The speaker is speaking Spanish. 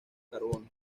carbono